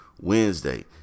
Wednesday